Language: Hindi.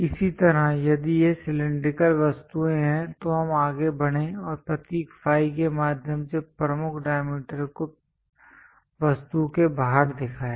इसी तरह यदि ये सिलैंडरिकल वस्तुएं हैं तो हम आगे बढ़े और प्रतीक फाई के माध्यम से प्रमुख डायमीटर को वस्तु के बाहर दिखाया